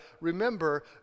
remember